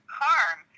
harm